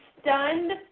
stunned